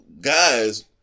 guys